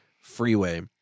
freeway